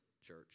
church